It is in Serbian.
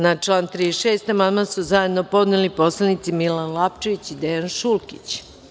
Na član 36. amandman su zajedno podneli narodni poslanici Milan Lapčević i Dejan Šulkić.